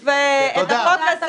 תודה.